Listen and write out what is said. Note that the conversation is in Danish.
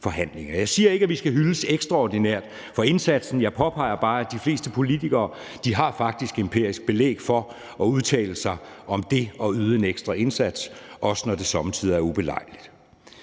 Jeg siger ikke, at vi skal hyldes ekstraordinært for indsatsen. Jeg påpeger bare, at de fleste politikere faktisk har empirisk belæg for at udtale sig om det at yde en ekstra indsats, også når det somme tider er ubelejligt.